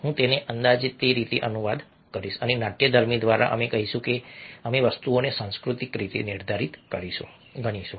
હું તેનો અંદાજે તે રીતે અનુવાદ કરીશ અને નાટ્યધર્મી દ્વારા અમે કહીશું કે અમે વસ્તુઓને સાંસ્કૃતિક રીતે નિર્ધારિત ગણીશું